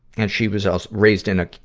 and she was also raised in a,